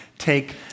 take